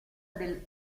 del